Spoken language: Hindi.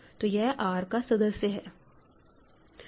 तो यह R का सदस्य है